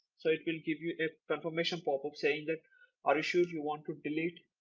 so it will give you a confirmation pop-up saying that are you sure you want to delete?